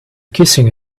kissing